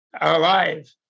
alive